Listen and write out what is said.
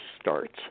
starts